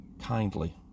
kindly